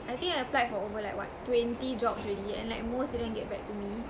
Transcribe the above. I think I applied for over like what twenty jobs already and like most didn't get back to me